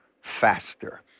faster